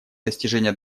достижения